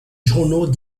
journaux